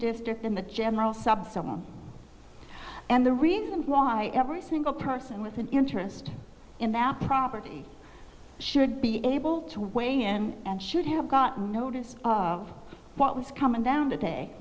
district in the general sub so i'm and the reason why every single person with an interest in that property should be able to weigh in and should have gotten notice of what was coming down today